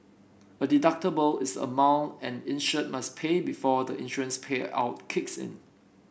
a deductible is amount an insured must pay before the insurance payout kicks in